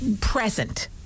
present